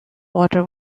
water